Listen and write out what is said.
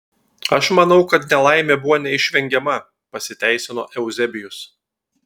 aš manau kad nelaimė buvo neišvengiama pasiteisino euzebijus